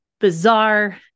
bizarre